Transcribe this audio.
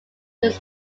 this